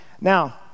Now